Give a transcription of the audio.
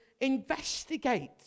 investigate